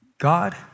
God